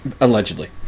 Allegedly